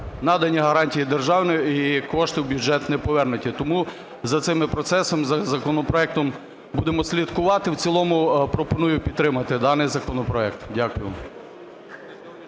надані гарантії держави і кошти в бюджет не повернуті. Тому за цим процесом законопроекту будемо слідкувати. В цілому пропоную підтримати даний законопроект. Дякую.